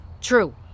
True